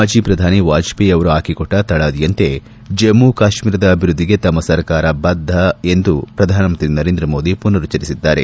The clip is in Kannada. ಮಾಜಿ ಪ್ರಧಾನಿ ವಾಜಪೇಯಿ ಅವರು ಹಾಕೊಟ್ಟ ತಳಹದಿಯಂತೆ ಜಮ್ಮ ಕಾಶ್ನೀರದ ಅಭಿವೃದ್ದಿಗೆ ತಮ್ಮ ಸರ್ಕಾರ ಬದ್ದ ಎಂದು ಪ್ರಧಾನಮಂತ್ರಿ ನರೇಂದ್ರ ಮೋದಿ ಪುನರುಚ್ಚರಿಸಿದ್ದಾರೆ